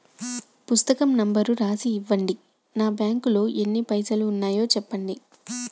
పుస్తకం నెంబరు రాసి ఇవ్వండి? నా బ్యాంకు లో ఎన్ని పైసలు ఉన్నాయో చెప్పండి?